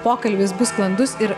pokalbis bus sklandus ir